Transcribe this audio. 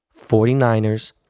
49ers